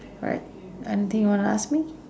alright anything you wanna ask me